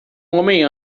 homem